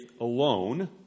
alone